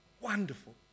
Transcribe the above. wonderful